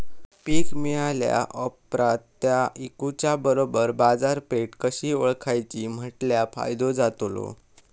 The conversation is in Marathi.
पीक मिळाल्या ऑप्रात ता इकुच्या बरोबर बाजारपेठ कशी ओळखाची म्हटल्या फायदो जातलो?